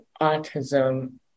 autism